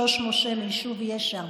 שוש משה מהיישוב ישע,